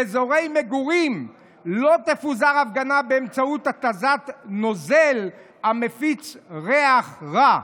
באזורי מגורים לא תפוזר הפגנה באמצעות התזת נוזל המפיץ ריח רע,